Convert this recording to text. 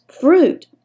fruit